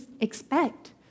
expect